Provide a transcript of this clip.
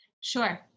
Sure